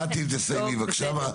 מטי, תסיימי בבקשה.